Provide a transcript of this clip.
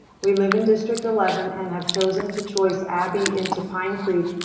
we live in district eleven and have chosen to choice abby into pine creek.